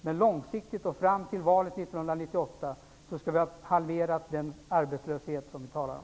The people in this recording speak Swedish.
Men långsiktigt och fram till valet 1998 skall vi ha halverat den arbetslöshet som vi talar om.